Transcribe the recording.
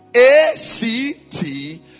A-C-T